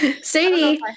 Sadie